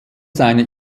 seine